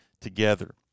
together